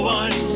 one